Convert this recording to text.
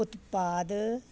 ਉਤਪਾਦ